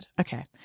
Okay